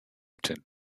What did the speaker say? attend